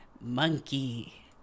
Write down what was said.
monkey